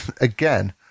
again